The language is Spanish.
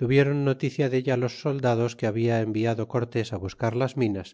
tuvieron noticia della los soldados que habia enviado cortés á buscar las minas